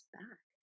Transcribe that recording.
back